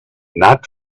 not